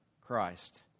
Christ